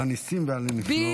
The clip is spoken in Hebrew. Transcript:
על הניסים ועל הנפלאות.